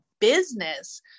business